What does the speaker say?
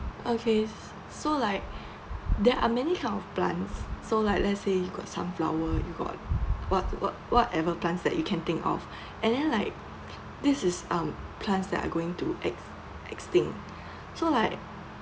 okay so like there are many kinds of plants so like let say you got sunflower you got what what whatever plants that you can think of and then like this is um plants that are going to ex~ extinct so like